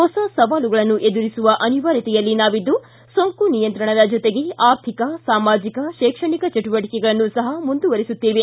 ಹೊಸ ಸವಾಲುಗಳನ್ನು ಎದುರಿಸುವ ಅನಿವಾರ್ಯತೆಯಲ್ಲಿ ನಾವಿದ್ದು ಸೋಂಕು ನಿಯಂತ್ರಣದ ಜೊತೆಗೆ ಆರ್ಥಿಕ ಸಾಮಾಜಿಕ ಶೈಕ್ಷಣಿಕ ಚಟುವಟಿಕೆಗಳನ್ನು ಸಹ ಮುಂದುವರಿಸುತ್ತೇವೆ